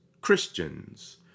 christians